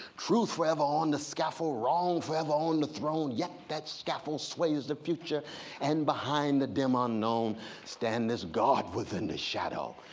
truth forever on the scaffold, wrong forever on the throne, yet that scaffold sways the future and behind the dim ah unknown stand this within the shadow.